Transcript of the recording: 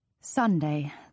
Sunday